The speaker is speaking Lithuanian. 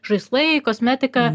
žaislai kosmetika